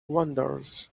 wanders